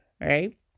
right